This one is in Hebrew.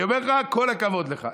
אני אומר לך, כל הכבוד לך.